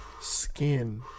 Skin